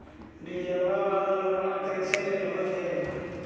डीजलवा वाला लोनवा कैसे लेलहो हे?